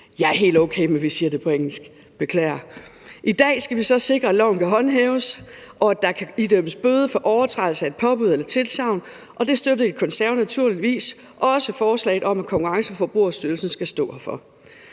Jeg er helt okay med, at vi siger det på engelsk, beklager. I dag skal vi så sikre, at loven kan håndhæves, og at der kan idømmes bøde for overtrædelse af et påbud eller tilsagn, og det støtter De Konservative naturligvis, og også forslaget om, at Konkurrence- og Forbrugerstyrelsen skal stå herfor.